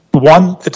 One